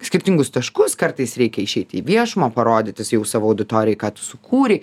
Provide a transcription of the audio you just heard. skirtingus taškus kartais reikia išeiti į viešumą parodyti jau savo auditorijai ką tu sukūrei